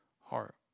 heart